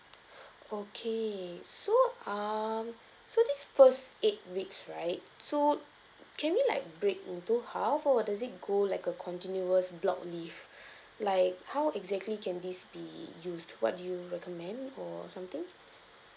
okay so um so this first eight weeks right so can we like break into half or does it go like a continuous block leave like how exactly can this be used what do you recommend or something